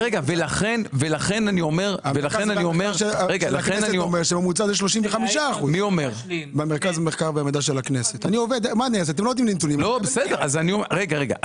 מרכז המחקר והמידע של הכנסת אומר שהממוצע הוא 35%. כמו שאמרתי כרגע,